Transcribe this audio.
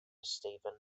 stephen